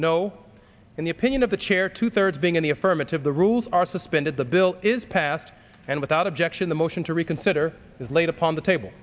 no in the opinion of the chair two thirds being in the affirmative the rules are suspended the bill is passed and without objection the motion to reconsider is laid upon the table